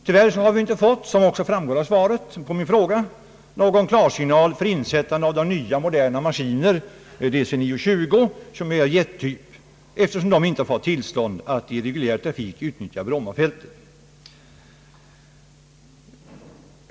Tyvärr har vi inte, som också framgår av svaret på min fråga, fått någon klarsignal för insättande av nya moderna maskiner av typen DC-9-20 som är av jettyp, eftersom man inte fått tillstånd att i reguljär trafik utnyttja Brommafältet för dem.